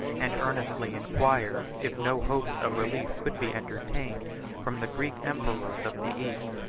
and earnestly inquired, if no hopes of relief could be entertained from the greek emperors of the east.